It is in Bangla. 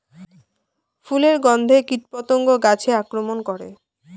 ফুলের গণ্ধে কীটপতঙ্গ গাছে আক্রমণ করে?